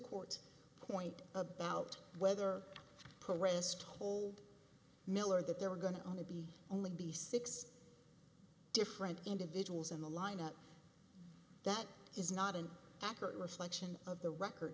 court point about whether her wrist hold miller that there were going to only be only be six different individuals in the lineup that is not an accurate reflection of the record